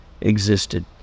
existed